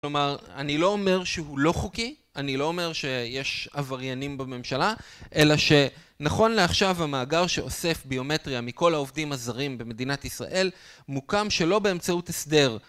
כלומר אני לא אומר שהוא לא חוקי, אני לא אומר שיש עבריינים בממשלה, אלא שנכון לעכשיו המאגר שאוסף ביומטריה מכל העובדים הזרים במדינת ישראל, מוקם שלא באמצעות הסדר